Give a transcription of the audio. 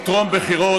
או בטרום בחירות.